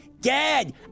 Dad